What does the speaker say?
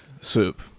soup